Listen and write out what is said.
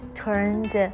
turned